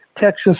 Texas